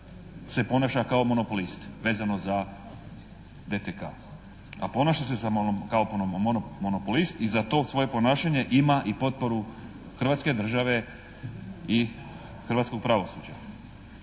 se ponaša kao monopolist vezano za DTK a ponaša se kao monopolist i za to svoje ponašanje ima i potporu Hrvatske države i hrvatskog pravosuđa.